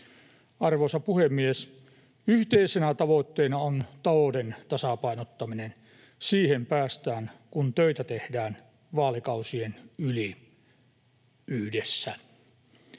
Arvoisa puhemies! Yhteisenä tavoitteena on talouden tasapainottaminen. Siihen päästään, kun töitä tehdään vaalikausien yli yhdessä.